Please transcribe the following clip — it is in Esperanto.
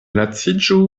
laciĝu